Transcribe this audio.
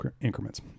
increments